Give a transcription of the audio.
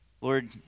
Lord